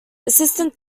assistant